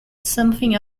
something